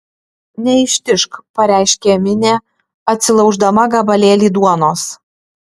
neištižk pareiškė minė atsilauždama gabalėlį duonos